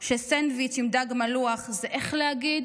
/ שסנדביץ' עם דג מלוח זה / איך להגיד,